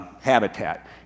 habitat